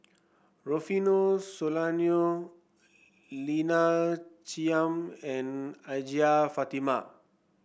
Rufino Soliano Lina Chiam and Hajjah Fatimah